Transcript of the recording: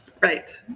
Right